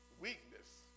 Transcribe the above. weakness